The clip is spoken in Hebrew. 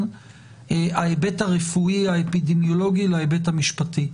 ההיבט הרפואי האפידמיולוגי להיבט המשפטי.